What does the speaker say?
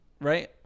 right